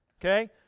okay